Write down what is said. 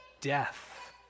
death